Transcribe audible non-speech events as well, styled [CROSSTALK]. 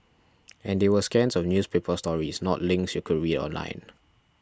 [NOISE] and they were scans of newspaper stories not links you could read online